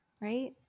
right